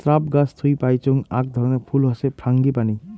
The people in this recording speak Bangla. স্রাব গাছ থুই পাইচুঙ আক ধরণের ফুল হসে ফ্রাঙ্গিপানি